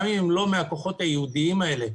גם אם הם לא מהכוחות הייעודיים האלה,